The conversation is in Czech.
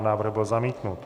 Návrh byl zamítnut.